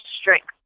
Strength